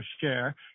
share